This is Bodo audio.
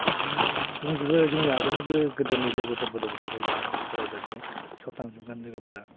बिदिनो दंजोबो जोंनि आगोलनिबो गोदोनि लोगोफोरबो दंजोबो एयावनो फरायजाबनाय सब थांजोबगोन लोगोफोरा